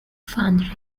foundry